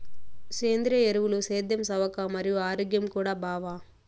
సేంద్రియ ఎరువులు సేద్యం సవక మరియు ఆరోగ్యం కూడా బావ